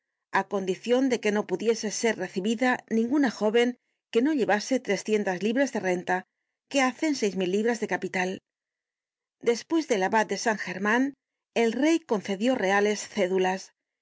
á condicion de que no pudiese ser recibida ninguna jóven que no llevase trescientas libras de renta que hacen seis mil libras de capital despues del abad de san german el rey concedió reales cédulas